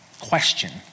question